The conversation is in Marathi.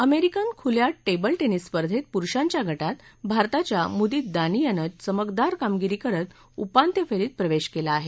अमेरिकन खुल्या टेबलटेनिस स्पर्धेत पुरुषांच्या गटात भारताच्या मुदित दानी यानं चमकदार कामगिरी करत उपांत्य फेरीत प्रवेश केला आहे